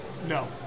No